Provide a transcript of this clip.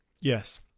Yes